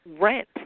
rent